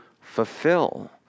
Fulfill